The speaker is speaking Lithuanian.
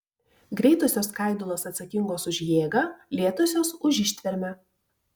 greitosios skaidulos atsakingos už jėgą lėtosios už ištvermę